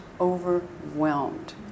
overwhelmed